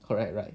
correct right